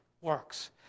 works